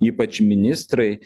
ypač ministrai